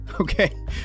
okay